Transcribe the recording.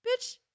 bitch